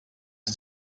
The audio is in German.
ist